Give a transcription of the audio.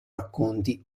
racconti